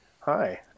Hi